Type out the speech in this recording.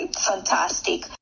fantastic